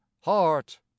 heart